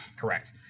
Correct